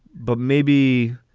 but maybe,